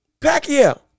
Pacquiao